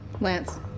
Lance